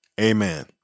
Amen